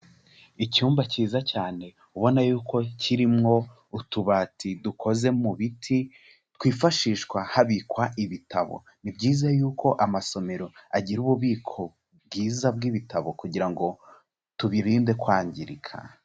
Icyumba kiza cyane ubona yuko kirimwo utubati dukoze mu biti, twifashishwa habikwa ibitabo, ni byiza yuko amasomero agira ububiko bwiza bw'ibitabo kugira ngo tubirinde kwangirika.